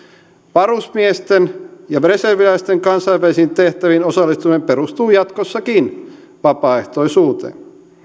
varusmiesten ja reserviläisten kansainvälisiin tehtäviin osallistuminen perustuu jatkossakin vapaaehtoisuuteen